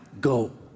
go